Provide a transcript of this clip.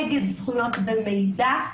אגד זכויות במידע,